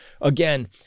Again